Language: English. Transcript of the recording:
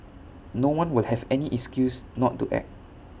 no one will have any excuse not to act